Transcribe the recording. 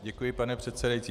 Děkuji, pane předsedající.